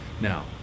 Now